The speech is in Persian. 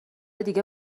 دیگه